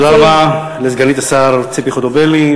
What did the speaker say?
תודה רבה לסגנית השר ציפי חוטובלי.